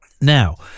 Now